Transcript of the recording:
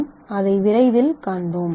நாம் அதை விரைவில் காண்பிப்போம்